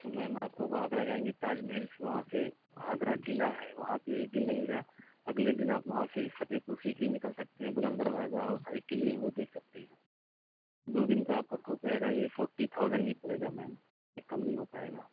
تو میم آپ لوگ آگرہ جائیں گے تاج محل پھر وہاں سے آگرہ قلعہ ہے وہاں پہ ایک دن لگے گا اگلے دن آپ وہاں سے فتح پور سیکری نکل سکتے ہیں بلند دروازہ اور ہائی قلعے وہ دیکھ سکتے ہیں دو دن کا آپ کا ٹروپ رہے گا یہ فورٹی تھاؤزین ہی پڑے گا میم کم نہیں ہو پائے گا